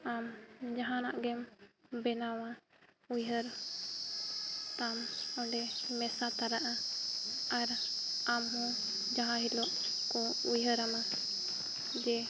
ᱟᱢ ᱡᱟᱦᱟᱱᱟᱜ ᱜᱮᱢ ᱵᱮᱱᱟᱣᱟ ᱩᱭᱦᱟᱹᱨᱟᱢ ᱚᱸᱰᱮ ᱢᱮᱥᱟ ᱛᱟᱨᱟᱜᱼᱟ ᱟᱨ ᱟᱢᱦᱚᱸ ᱡᱟᱦᱟᱸ ᱦᱤᱞᱳᱜ ᱠᱚ ᱩᱭᱦᱟᱹᱨᱟᱢᱟ ᱡᱮ